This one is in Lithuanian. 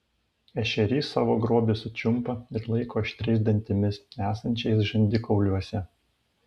ešerys savo grobį sučiumpa ir laiko aštriais dantimis esančiais žandikauliuose